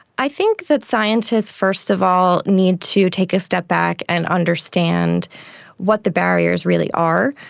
i think that scientists first of all need to take a step back and understand what the barriers really are.